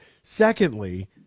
Secondly